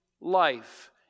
life